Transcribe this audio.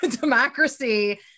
democracy